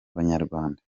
abanyarwanda